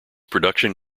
production